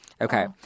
Okay